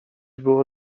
było